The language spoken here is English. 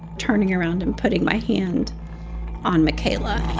turning around and putting my hand on makayla